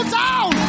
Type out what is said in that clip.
down